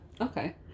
okay